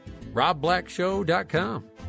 robblackshow.com